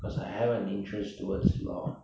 cause I have an interest towards law